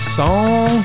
song